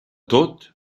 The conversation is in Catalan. tot